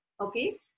Okay